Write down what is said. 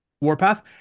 Warpath